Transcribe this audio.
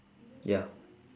ya